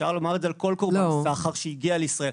אפשר לומר את זה על כל קורבן סחר שהגיע לישראל.